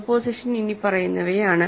preposition ഇനിപ്പറയുന്നവയാണ്